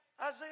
Isaiah